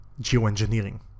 geoengineering